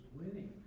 winning